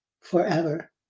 forever